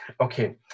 Okay